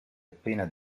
appena